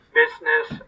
business